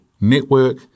network